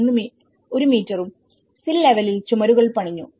1 മീറ്ററും സിൽ ലെവലിൽ ചുമരുകൾ പണിഞ്ഞു